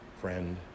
friend